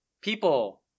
people